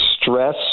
stress